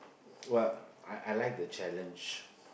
what I I like the challenge